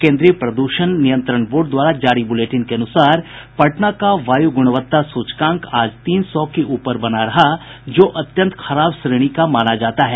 केन्द्रीय प्रदूषण नियंत्रण बोर्ड द्वारा जारी बुलेटिन के अनुसार पटना का वायु गुणवत्ता सूचकांक आज तीन सौ के ऊपर बना रहा जो अत्यंत खराब श्रेणी का माना जाता है